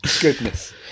Goodness